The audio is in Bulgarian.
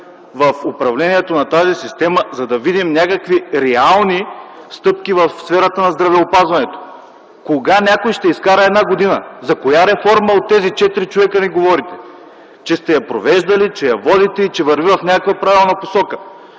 в управлението на тази система, за да видим някакви реални стъпки в сферата на здравеопазването? Кога някой ще изкара една година? За коя реформа от тези четири човека ни говорите: че сте я провеждали, че я водите и, че върви в някаква правилна посока?